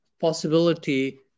possibility